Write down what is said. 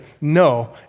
no